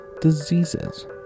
Diseases